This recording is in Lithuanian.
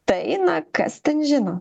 tai na kas ten žino